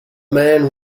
man